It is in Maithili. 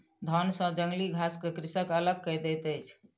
धान सॅ जंगली घास के कृषक अलग कय दैत अछि